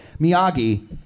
Miyagi